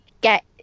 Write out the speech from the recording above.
get